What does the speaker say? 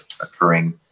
occurring